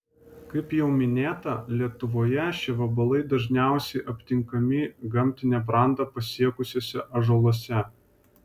kaip jau minėta lietuvoje šie vabalai dažniausiai aptinkami gamtinę brandą pasiekusiuose ąžuoluose